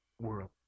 world